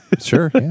Sure